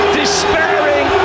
despairing